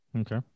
Okay